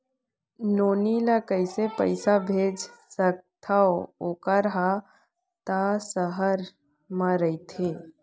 नोनी ल कइसे पइसा भेज सकथव वोकर हा त सहर म रइथे?